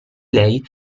lei